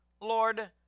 lord